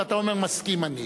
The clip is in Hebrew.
ואתה אומר: מסכים אני.